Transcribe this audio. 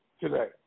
today